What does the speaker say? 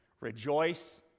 Rejoice